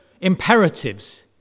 imperatives